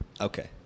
Okay